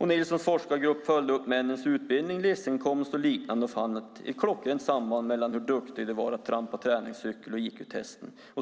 Nilssons forskargrupp följde upp männens utbildning, livsinkomst och liknande och fann ett klockrent samband mellan hur duktiga de var att trampa träningscykel och IQ-testen.